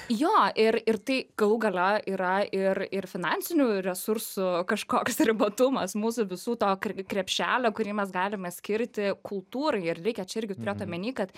jo ir ir tai galų gale yra ir ir finansinių resursų kažkoks ribotumas mūsų visų to kre krepšelio kurį mes galime skirti kultūrai ir reikia čia irgi turėt omeny kad